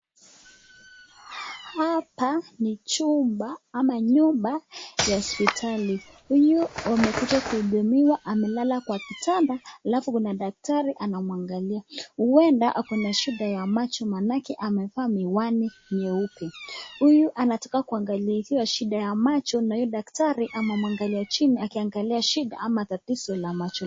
Hapa ni chumba au nyumba ya hospitali. Huyu wamekuja kuhudumiwa, amelala kwa kitanda, alafu kuna daktari anamwangalia , Huenda ako na shida ya macho maanake amevaa miwani nyeupe, huyu anataka kuangaliliwa shida ya macho na uyu daktari amemwangalia chini akiangalia shida au tatizo la macho.